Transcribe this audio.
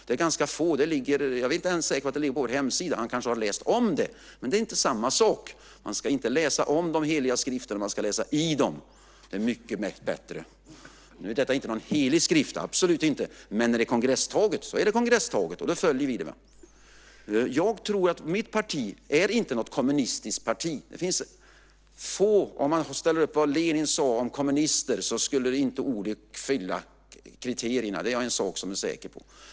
Det är ganska få som har det. Jag är inte ens säker på att det ligger på vår hemsida. Han kanske har läst om det, men det är inte samma sak. Man ska inte läsa om de heliga skrifterna, man ska läsa i dem. Det är mycket bättre. Nu är inte detta någon helig skrift, absolut inte. Men är det kongresstaget så är det kongresstaget. Då följer vi det. Jag tror inte att mitt parti är ett kommunistiskt parti. Om man ställer upp vad Lenin sade om kommunister skulle vi inte fylla kriterierna, det är en sak som jag är säker på.